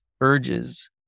urges